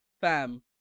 Fam